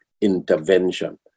intervention